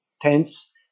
tense